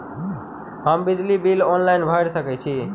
हम बिजली bill online भैर सकै छी?